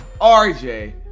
RJ